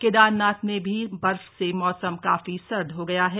केदारनाथ में भी बर्फ से मौसम काफी सर्द हो गया है